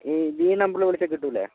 ഈ ഈ നമ്പറിൽ വിളിച്ചാൽ കിട്ടില്ലേ